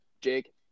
Jake